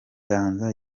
ganza